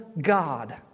God